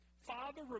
Father